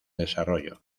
desarrollo